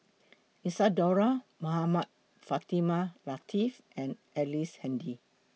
Isadhora Mohamed Fatimah Lateef and Ellice Handy